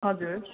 हजुर